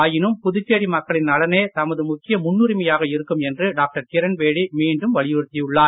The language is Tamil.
ஆயினும் புதுச்சேரி மக்களின் நலனே தமது முக்கிய முன்னுரிமையாக இருக்கும் என்று டாக்டர் கிரண்பேடி மீண்டும் வலியுறுத்தியுள்ளார்